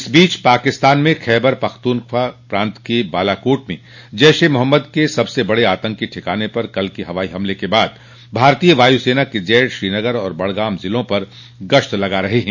इस बीच पाकिस्तान में खैबर पख्तूनख्वा प्रांत के बालाकोट में जैश ए मोहम्मद के सबसे बड़े आतंकी ठिकाने पर कल के हवाई हमले के बाद भारतीय वायुसेना के जेट श्रीनगर और बडगाम जिलों पर गश्त लगा रहे हैं